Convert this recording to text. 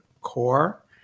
Core